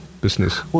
business